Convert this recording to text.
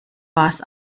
was